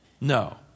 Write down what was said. No